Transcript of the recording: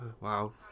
wow